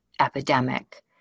epidemic